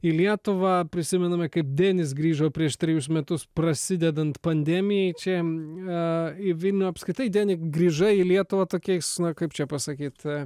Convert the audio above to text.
į lietuvą prisimename kaip denis grįžo prieš trejus metus prasidedant pandemijai čia a į vilnių apskritai deni grįžai į lietuvą tokiais na kaip čia pasakyt